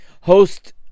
host